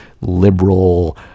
liberal